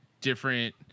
different